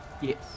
Yes